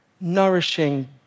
nourishing